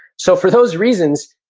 so for those reasons,